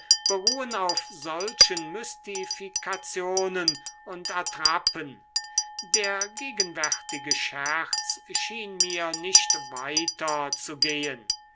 beruhen auf solchen mystifikationen und attrappen der gegenwärtige scherz schien mir nicht weiter zu gehen